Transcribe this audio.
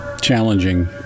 challenging